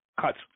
cuts